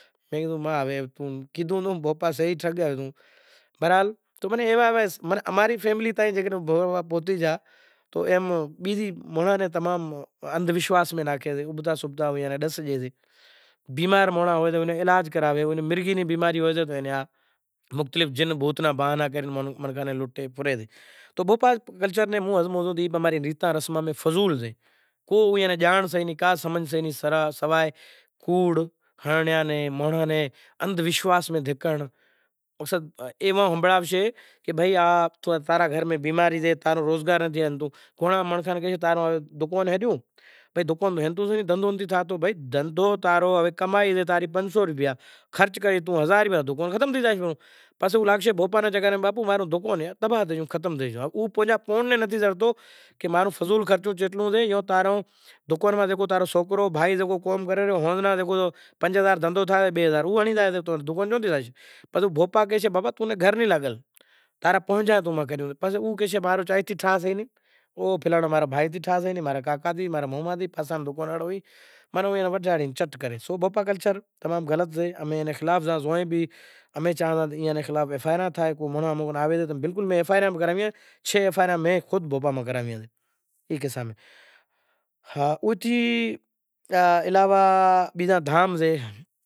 کی آ نی کاشی نیں گھاٹ ماتھے لے زائی اینو کاندھ واڈھی ناکھو آنوں کاندھ واڈھی ناکھو نکو ہوئے نکو مشانڑاں ناں کوئی مڑہاں کھائے، ان ایوو کم وڑے راجا ہریچند ناں ہالیسے زا رے کاشی نی گھاٹ ماتھے لئی زائے زا رے رازا ہریچند ناں حکم ہالیسے کی زئی ای کروت تھیں کاندھ واڈھو تو راجا ہریچند پوہتے کروت نیشی کرتا ہوئیسیں تو پل گھڑی من ورتی نو بھاو ای ویچار ماں زئتو رہیسے تو پوہتے من ماں ویچار کری سے بلے بھگوان کوئی سمو ہتو جے ہوں رازا ہتو آن تارا ڈے ماں ری رانڑی ہتی پل گھڑی بھی میں ای ناں دشی نتھی کری ان آز ایوو سمو آوی گیو سے زے ناں انوسار تھی آز موں ایئے ناں ماروا تیار تھئی گیو سے۔ تھارے تارا ڈیو زویو رازا ہریچند ہوے من ورتی نو بھاو کئی بیزے پاہے لئی زاشے آن ہوے پوہتاں نوں ست ہاروا لاگے گیا سے پسے تارا ڈیوی ناں سلوک کہیسے کہ، ستیاں ست ناں چھوڑے ستیاں ست ناں چھوڑے ست چھوڑے تو پت جائے، ست کی باندھل ماتا لچھمی پھر ملے گی کائے